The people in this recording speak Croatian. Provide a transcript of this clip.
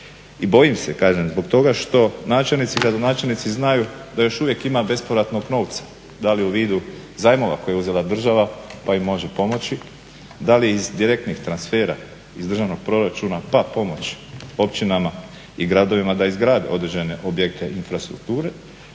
I bojim se, kažem zbog toga što načelnici i gradonačelnici znaju da još uvijek ima bespovratnog novca, da li u vidu zajmova koje je uzela država pa im može pomoći, da li iz direktnih transfera iz državnog proračuna, pa pomoć općinama i gradovima da izgrade određene objekte infrastrukture,